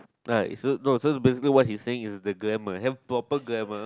uh it's so so basically what he is saying the grammar have proper grammar